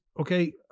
Okay